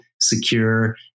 secure